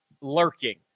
lurking